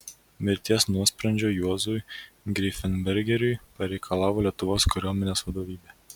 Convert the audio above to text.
mirties nuosprendžio juozui greifenbergeriui pareikalavo lietuvos kariuomenės vadovybė